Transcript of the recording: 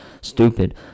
Stupid